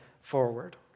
forward